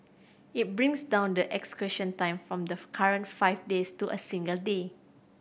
it brings down the execution time from the current five days to a single day